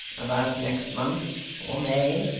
about next month, or may,